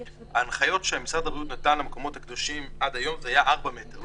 ההנחיות שמשרד הבריאות נתן למקומות הקדושים עד היום היו 4 מטר,